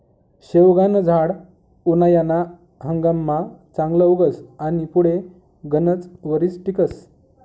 शेवगानं झाड उनायाना हंगाममा चांगलं उगस आनी पुढे गनच वरीस टिकस